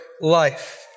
life